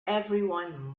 everyone